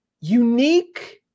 unique